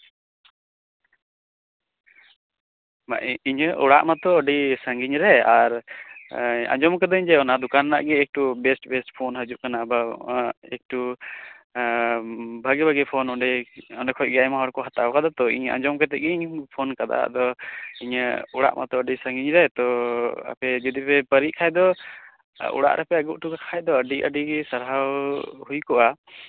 ᱤᱧᱟᱹᱜ ᱚᱲᱟᱜ ᱢᱟᱛᱚ ᱟᱹᱰᱤ ᱥᱟᱹᱜᱤᱧᱨᱮ ᱟᱨ ᱟᱸᱡᱚᱢ ᱠᱟᱫᱟᱧ ᱜᱮ ᱚᱱᱟ ᱫᱚᱠᱟᱱ ᱨᱮ ᱵᱮᱥ ᱵᱮ ᱯᱷᱳᱱ ᱦᱤᱡᱩᱜ ᱠᱟᱱᱟ ᱟᱵᱟᱨ ᱚᱱᱟ ᱮᱠᱴᱩ ᱦᱮᱸ ᱵᱷᱟᱹᱜᱤ ᱵᱷᱟᱹᱜᱤ ᱯᱷᱳᱱ ᱚᱱᱰᱮ ᱠᱷᱚᱡ ᱜᱮ ᱟᱭᱢᱟ ᱦᱚᱲ ᱠᱚ ᱦᱟᱛᱟᱣᱟ ᱠᱟᱫᱟ ᱛᱚ ᱤᱧ ᱟᱸᱡᱚᱢ ᱠᱟᱛᱮᱜ ᱜᱤᱧ ᱯᱷᱳᱱ ᱠᱟᱫᱟ ᱟᱫᱚ ᱤᱧᱟᱹᱜ ᱚᱲᱟᱜ ᱢᱟᱛᱚ ᱟᱹᱰᱤ ᱥᱟᱹᱜᱤᱧ ᱨᱮ ᱛᱳ ᱟᱯᱮ ᱡᱚᱫᱤ ᱯᱮ ᱯᱟᱨᱮᱜ ᱠᱷᱟᱡ ᱫᱚ ᱚᱲᱟᱜ ᱨᱮᱯᱮ ᱟᱹᱜᱩ ᱦᱚᱴᱚ ᱠᱷᱟᱡ ᱫᱚ ᱟᱹᱰᱤ ᱟᱹᱰᱤᱜᱮ ᱥᱟᱨᱦᱟᱣ ᱦᱩᱭ ᱠᱚᱜᱼᱟ